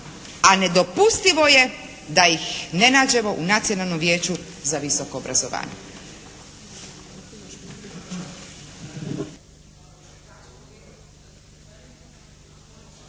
a nedopustivo je da ih ne nađemo u Nacionalnom vijeću za visoko obrazovanje.